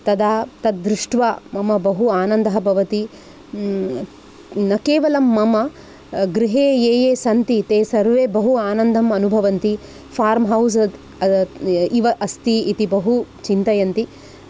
तदा तद्दृष्ट्वा मम बहु आनन्दः भवति न केवलं मम गृहे ये ये सन्ति ते सर्वे बहु आनन्दमनुभवन्ति फार्म् हौज़् इव अस्ति इति बहु चिन्तयन्ति